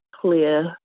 clear